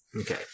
Okay